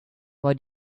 why